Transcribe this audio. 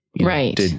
right